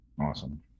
Awesome